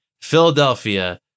Philadelphia